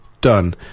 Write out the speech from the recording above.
done